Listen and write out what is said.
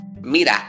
Mira